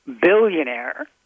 billionaire